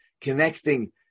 connecting